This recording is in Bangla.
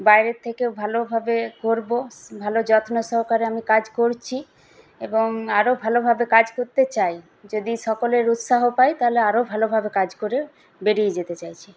বাইরে থেকেও ভালোভাবে করব ভালো যত্ন সহকারে আমি কাজ করছি এবং আরও ভালোভাবে কাজ করতে চাই যদি সকলের উৎসাহ পাই তাহলে আরও ভালোভাবে কাজ করে বেরিয়ে যেতে চাইছি